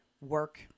work